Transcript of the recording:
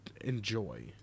enjoy